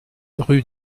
rue